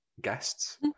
guests